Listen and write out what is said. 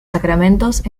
sacramentos